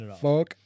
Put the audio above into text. fuck